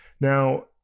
Now